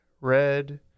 red